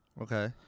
Okay